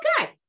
okay